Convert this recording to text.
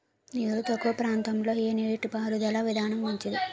నీరు తక్కువ ప్రాంతంలో ఏ నీటిపారుదల విధానం మంచిది?